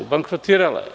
Bankrotirala je.